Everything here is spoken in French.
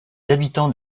habitants